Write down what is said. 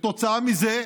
כתוצאה מזה,